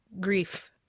grief